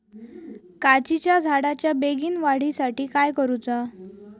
काजीच्या झाडाच्या बेगीन वाढी साठी काय करूचा?